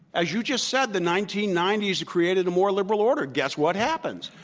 as you just said, the nineteen ninety s created a more liberal order. guess what happens?